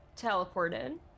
teleported